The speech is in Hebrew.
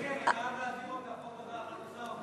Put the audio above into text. מירי, אני חייב להזהיר אותך, עוד